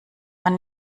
man